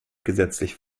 gesetzlich